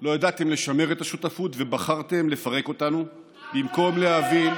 לא ידעתם לשמר את השותפות ובחרתם לפרק אותנו במקום להבין,